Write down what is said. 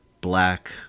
black